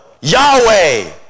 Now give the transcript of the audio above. Yahweh